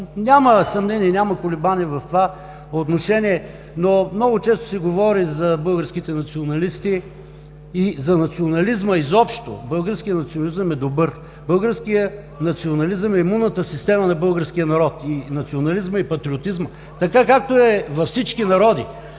Няма съмнение и няма колебание в това отношение, но много често се говори за българските националисти и за национализма изобщо. Българският национализъм е добър. Българският национализъм е имунната система на българския народ – и национализма, и патриотизма, както е във всички народи.